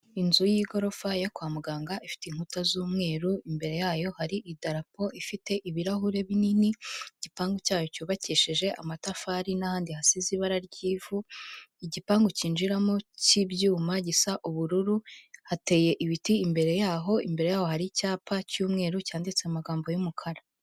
Inzu y'igorofa yo kwa muganga ifite inkuta z'umweru, imbere yayo hari idarapo ifite ibirahure binini, igipangu cyayo cyubakishijeje amatafari n'ahandi hasize ibara ry'ivu, igipangu cyinjiramo cy'ibyuma gisa ubururu, hateye ibiti imbere yaho, imbere yaho hari icyapa cy'umweru cyanditse mu magambo y'umukara.